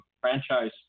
franchise